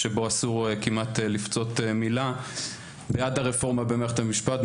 מצב שבו אסור כמעט לפצות מילה בעד הרפורמה במערכת המשפט,